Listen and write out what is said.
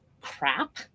crap